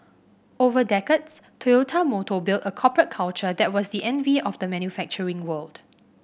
over decades Toyota Motor built a corporate culture that was the envy of the manufacturing world